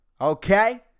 Okay